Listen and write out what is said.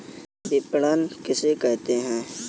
विपणन किसे कहते हैं?